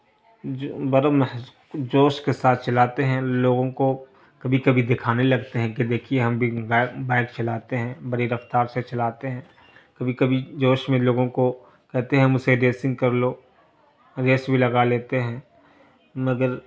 جو بڑا جوش کے ساتھ چلاتے ہیں لوگوں کو کبھی کبھی دکھانے لگتے ہیں کہ دیکھیے ہم بھی بائک بائک چلاتے ہیں بڑی رفتار سے چلاتے ہیں کبھی کبھی جوش میں لوگوں کو کہتے ہیں مجھ سے ریسنگ کر لو ریس بھی لگا لیتے ہیں مگر